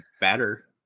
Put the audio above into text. better